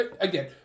Again